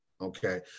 Okay